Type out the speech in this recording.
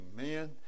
Amen